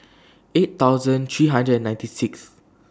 eight thousand three hundred and ninety six